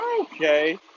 okay